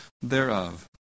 thereof